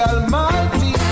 Almighty